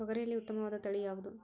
ತೊಗರಿಯಲ್ಲಿ ಉತ್ತಮವಾದ ತಳಿ ಯಾವುದು?